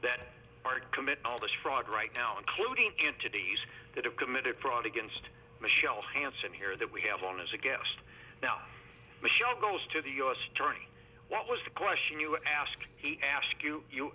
that are committing all this fraud right now including entities that have committed fraud against michelle hanson here that we have on as a guest now michelle goes to the u s attorney what was the question you asked he ask you you